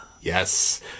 Yes